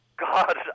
God